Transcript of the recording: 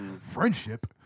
Friendship